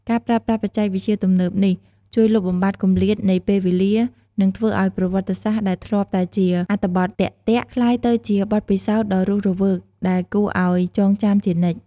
ការប្រើប្រាស់បច្ចេកវិទ្យាទំនើបនេះ ជួយលុបបំបាត់គម្លាតនៃពេលវេលា និងធ្វើឲ្យប្រវត្តិសាស្ត្រដែលធ្លាប់តែជាអត្ថបទទាក់ៗ ក្លាយទៅជាបទពិសោធន៍ដ៏រស់រវើក ដែលគួរឲ្យចងចាំជានិច្ច។